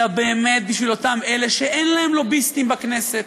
אלא באמת בשביל אותם אלה שאין להם לוביסטים בכנסת,